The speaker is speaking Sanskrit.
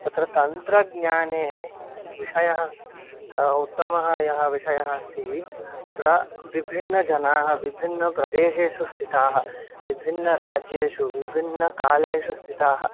तत्र तन्त्रज्ञाने विषयः उत्तमः यः विषयः अस्ति तत्र विभिन्नजनाः विभिन्नप्रदेशेषु स्थिताः विभिन्नराज्येषु विभिन्नकालेषु स्थिताः